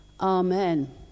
Amen